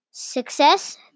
Success